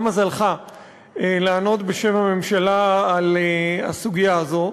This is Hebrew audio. מזלך לענות בשם הממשלה על הסוגיה הזאת.